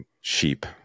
sheep